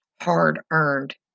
Hard-earned